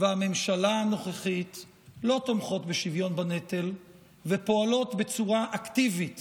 והממשלה הנוכחית לא תומכות בשוויון בנטל ופועלות בצורה אקטיבית